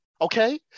okay